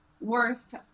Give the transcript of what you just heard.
worth